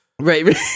right